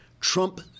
Trump